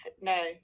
no